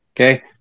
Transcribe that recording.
okay